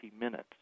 minutes